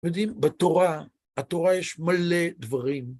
יודעים, בתורה, התורה יש מלא דברים.